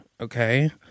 okay